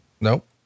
Nope